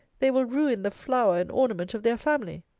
they will ruin the flower and ornament of their family.